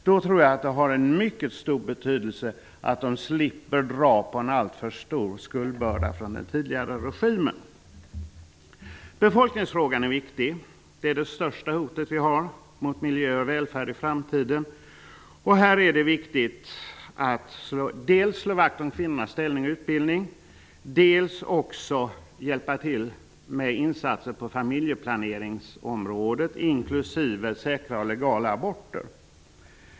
Då tror jag att det är av mycket stor betydelse att man slipper ha en alltför stor skuldbörda efter den tidigare regimen. Befolkningsfrågan är viktig. Befolkningsökningen är det största hot vi har mot miljö och välfärd i framtiden. Här är det viktigt att dels slå vakt om kvinnornas ställning och utbildning, dels också hjälpa till med insatser på familjeplaneringsområdet inklusive säkra och legala aborter.